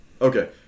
Okay